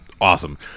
awesome